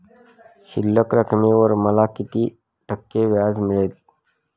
शिल्लक रकमेवर मला किती टक्के व्याज मिळेल?